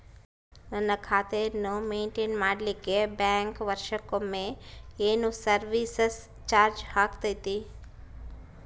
ನನ್ನ ಖಾತೆಯನ್ನು ಮೆಂಟೇನ್ ಮಾಡಿಲಿಕ್ಕೆ ಬ್ಯಾಂಕ್ ವರ್ಷಕೊಮ್ಮೆ ಏನು ಸರ್ವೇಸ್ ಚಾರ್ಜು ಹಾಕತೈತಿ?